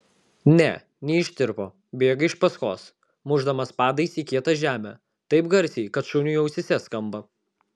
ne neištirpo bėga iš paskos mušdamas padais į kietą žemę taip garsiai kad šuniui ausyse skamba